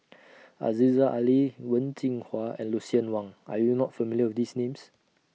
Aziza Ali Wen Jinhua and Lucien Wang Are YOU not familiar with These Names